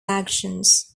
actions